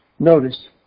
Notice